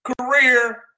career